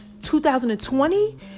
2020